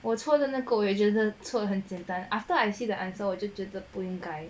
我错的那个也觉得很简单 after I see the answer 我就觉得不应该